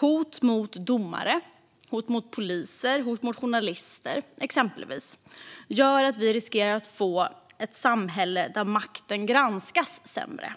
Hot mot exempelvis domare, poliser och journalister gör att vi riskerar att få ett samhälle där makten granskas sämre,